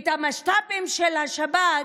המשת"פים של השב"כ,